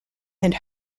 and